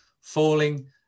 falling